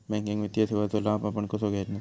Banking वित्तीय सेवाचो लाभ आपण कसो घेयाचो?